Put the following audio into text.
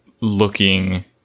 looking